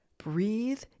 Breathe